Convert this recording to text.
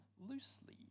loosely